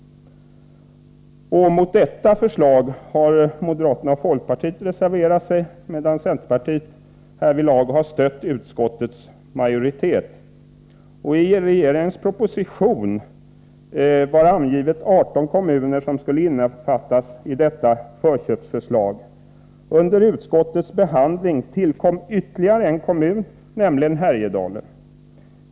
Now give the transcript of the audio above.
Mot detta förslag har moderaterna och folkpartiet reserverat sig, medan centerpartiet härvidlag har stött utskottets majoritet. I regeringens proposition angavs 18 kommuner som skulle innefattas i detta förköpsförslag. Under utskottets behandling tillkom ytterligare en kommun, nämligen Härjedalen.